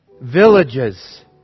villages